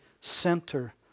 center